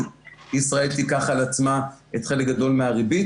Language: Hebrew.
ישראל תיקח על עצמה את החלק הגדול מהריבית,